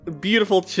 Beautiful